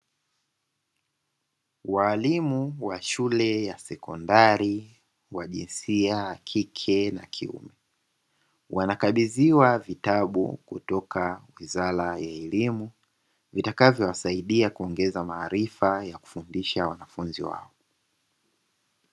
Walimu wa shule ya sekondari wakike na wakiume wanakabidhiwa vitabu kutoka wizara ya elimu, vitakavyo wasaidia kuongeza maarifa ya kufundisha wanafunzi wao.